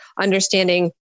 understanding